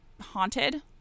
haunted